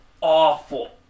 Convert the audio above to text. awful